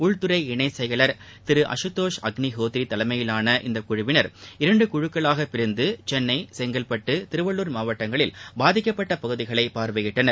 உள்துறை இணைச் செயலர் திரு அஷுதோஷ் அக்னிஹோத்ரி தலைமையிலான இந்தக் குழுவினர் இரண்டு குழுக்களாக பிரிந்து சென்னை செங்கல்பட்டு திருவள்ளுர் மாவட்டங்களில் பாதிக்கப்பட்ட பகுதிகளை பார்வையிட்டனர்